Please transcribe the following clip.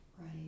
Right